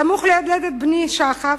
סמוך להולדת בני, שחף,